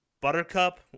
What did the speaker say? Buttercup